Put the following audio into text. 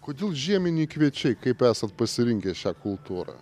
kodėl žieminiai kviečiai kaip esat pasirenkę šią kultūrą